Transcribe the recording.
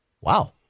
wow